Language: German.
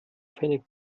pfennig